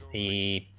the